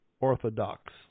Orthodox